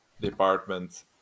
department